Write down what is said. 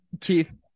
Keith